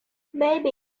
maybe